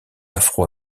afro